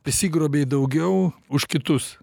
prisigrobei daugiau už kitus